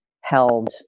held